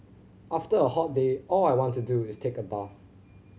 after a hot day all I want to do is take a bath